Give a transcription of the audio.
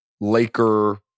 Laker